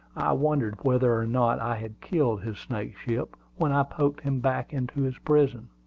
i wondered whether or not i had killed his snakeship when i poked him back into his prison.